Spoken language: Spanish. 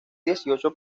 dieciocho